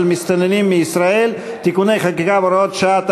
מסתננים מישראל (תיקוני חקיקה והוראות שעה),